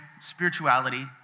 spirituality